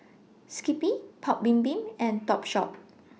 Skippy Paik's Bibim and Topshop